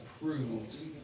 approves